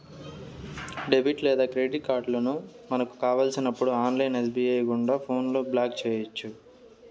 debit లేదా credit కార్డులను మనకు కావలసినప్పుడు ఆన్లైన్ ఎస్.బి.ఐ గుండా ఫోన్లో బ్లాక్ చేయొచ్చు